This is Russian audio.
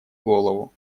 голову